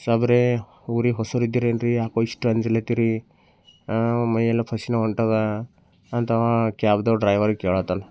ಸಾಬ್ರೇ ಊರಿಗೆ ಹೊಸಬರು ಇದ್ದೀರೇನ್ರಿ ಏಕೋ ಇಷ್ಟು ಅಂಜಲತ್ತೀರಿ ಮೈಯ್ಯೆಲ್ಲ ಫಸಿನ ಹೊರ್ಟದ ಅಂತವ ಕ್ಯಾಬ್ದು ಡ್ರೈವರ್ ಕೇಳಾತ್ತಾನ